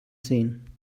sehen